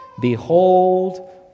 behold